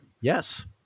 yes